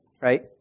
right